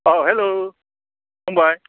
अ hello फंबाय